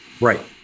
Right